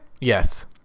Yes